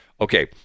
Okay